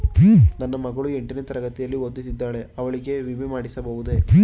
ನನ್ನ ಮಗಳು ಎಂಟನೇ ತರಗತಿಯಲ್ಲಿ ಓದುತ್ತಿದ್ದಾಳೆ ಅವಳಿಗೆ ವಿಮೆ ಮಾಡಿಸಬಹುದೇ?